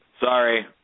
Sorry